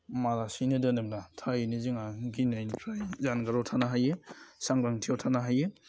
मालासिनो दोनोब्ला थारैनो जोंहा गिनायनिफ्राय जानगाराव थानो हायो सांग्रांथियाव थानो हायो